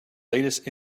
latest